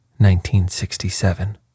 1967